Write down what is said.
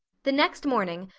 the next morning,